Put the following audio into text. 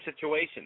situation